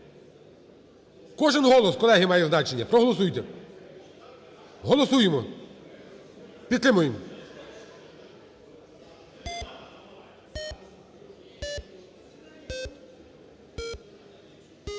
Кожен голос, колеги, має значення. Проголосуйте. Голосуємо. Підтримуємо. 13:29:42